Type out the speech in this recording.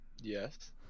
yes